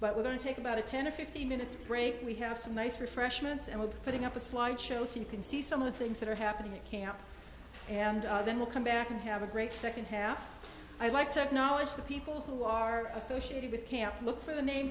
but we're going to take about a ten or fifteen minutes break and we have some nice refreshments and we're putting up a slide show so you can see some of the things that are happening at camp and then we'll come back and have a great second half i like technology the people who are associated with camp look for the name